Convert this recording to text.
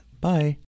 Bye